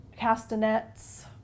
castanets